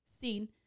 Seen